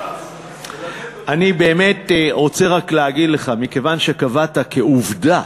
אני באמת רוצה רק להגיד לך: מכיוון שקבעת כעובדה